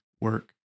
work